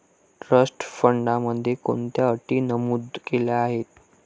Trust फंडामध्ये कोणत्या अटी नमूद केल्या आहेत?